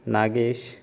Nagesh